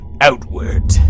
outward